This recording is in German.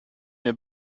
mir